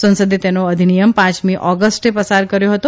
સંસદે તેનો અધિનિયમ પાંચમી ઓગષ્ટે પસાર કર્યો હતો